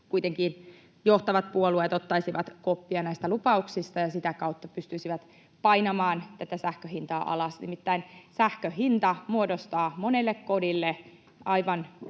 johtavat puolueet ottaisivat koppia näistä lupauksista ja sitä kautta pystyisivät painamaan tätä sähkön hintaa alas. Nimittäin sähkön hinta muodostaa monelle kodille aivan